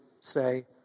say